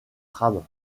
trame